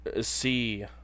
see